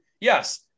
yes